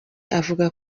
avuga